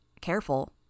Careful